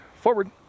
forward